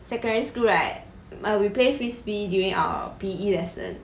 secondary school right um we play frisbee during our P_E lesson